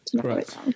Correct